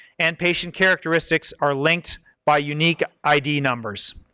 and patient characteristics are linked by unique id numbers.